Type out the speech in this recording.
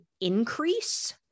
increase